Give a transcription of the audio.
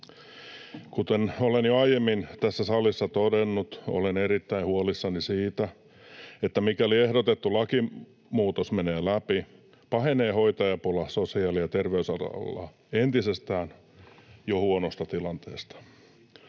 Kuten olen jo aiemmin tässä salissa todennut, olen erittäin huolissani siitä, että mikäli ehdotettu lakimuutos menee läpi, pahenee hoitajapula sosiaali- ja terveysalalla jo entisestään huonosta tilanteesta.